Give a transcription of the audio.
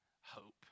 hope